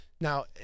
now